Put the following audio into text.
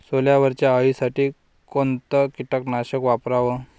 सोल्यावरच्या अळीसाठी कोनतं कीटकनाशक वापराव?